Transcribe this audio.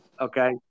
Okay